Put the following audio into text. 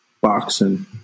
boxing